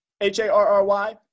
H-A-R-R-Y